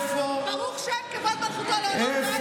"ברוך שם כבודו לעולם ועד", לזה אני מסכימה.